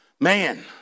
man